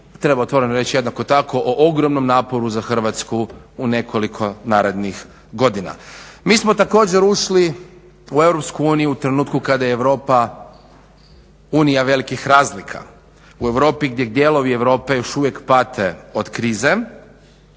treba otvoreno reći jednako tako o ogromnom naporu za Hrvatsku u nekoliko narednih godina. Mi smo također ušli u EU u trenutku kada je Europa Unija velikih razlika. U Europi gdje dijelovi Europe još uvijek pate od krize